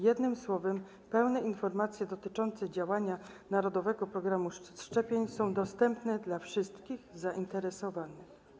Jednym słowem pełne informacje dotyczące działania narodowego programu szczepień są dostępne dla wszystkich zainteresowanych.